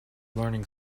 learning